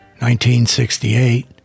1968